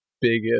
biggest